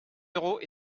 euros